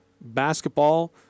basketball